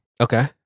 Okay